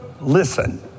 Listen